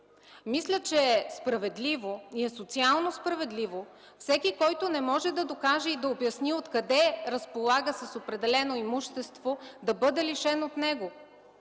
Мисля, че е справедливо и е социално справедливо всеки, който не може да докаже и да обясни откъде разполага с определено имущество, да бъде лишен от него.